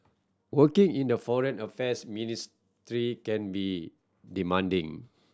working in the Foreign Affairs Ministry can be demanding